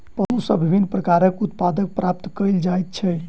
पशु सॅ विभिन्न प्रकारक उत्पाद प्राप्त कयल जाइत छै